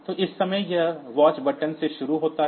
तो इस समय यह वॉच बटन से शुरू होता है